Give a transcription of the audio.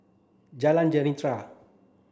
Jalan